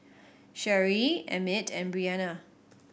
Sherie Emmit and Breana